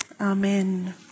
amen